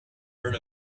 heard